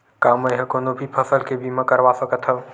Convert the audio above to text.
का मै ह कोनो भी फसल के बीमा करवा सकत हव?